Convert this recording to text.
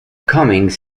cummings